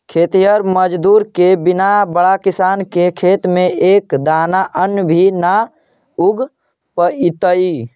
खेतिहर मजदूर के बिना बड़ा किसान के खेत में एक दाना अन्न भी न उग पइतइ